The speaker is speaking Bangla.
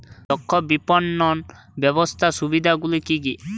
দক্ষ বিপণন ব্যবস্থার সুবিধাগুলি কি কি?